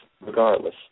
regardless